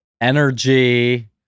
energy